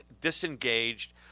disengaged